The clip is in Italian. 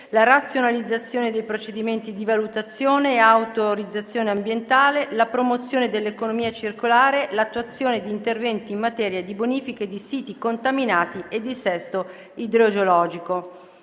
la razionalizzazione dei procedimenti di valutazione e autorizzazione ambientale, la promozione dell'economia circolare, l'attuazione di interventi in materia di bonifiche di siti contaminati e dissesto idrogeologico"